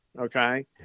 okay